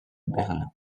berlin